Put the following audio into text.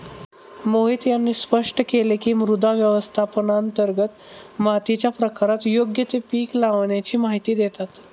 मोहित यांनी स्पष्ट केले की, मृदा व्यवस्थापनांतर्गत मातीच्या प्रकारात योग्य ते पीक लावाण्याची माहिती देतात